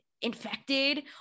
infected